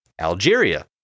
Algeria